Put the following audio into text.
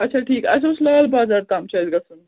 اَچھا ٹھیٖک اَسہِ اوس لال بازار تام چھُ اَسہِ گژھُن